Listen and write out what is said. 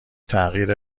تغییر